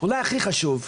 אולי הכי חשוב,